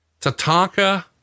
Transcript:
Tatanka